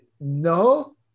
no